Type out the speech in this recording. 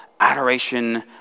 Adoration